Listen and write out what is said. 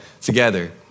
together